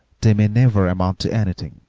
they may never amount to anything,